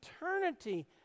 eternity